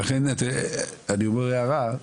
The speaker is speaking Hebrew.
אני אומר הערה,